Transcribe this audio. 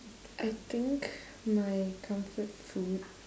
I think my comfort food